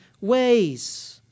ways